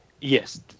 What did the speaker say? yes